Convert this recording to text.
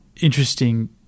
interesting